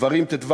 (דברים ט"ו,